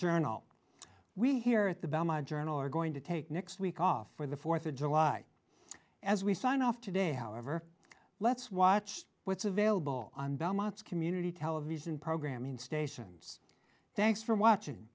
journal we here at the belmont journal are going to take next week off for the fourth of july as we sign off today however let's watch what's available on belmont's community television programming stations thanks for watching